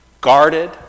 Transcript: guarded